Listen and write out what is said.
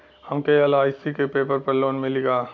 हमके एल.आई.सी के पेपर पर लोन मिली का?